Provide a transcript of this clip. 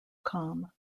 calm